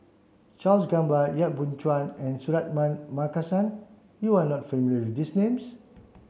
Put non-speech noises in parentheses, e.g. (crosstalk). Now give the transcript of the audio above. Charles Gamba Yap Boon Chuan and Suratman (unintelligible) Markasan you are not familiar with these names